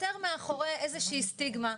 להסתתר מאוחרי איזה שהיא סטיגמה,